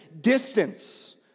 distance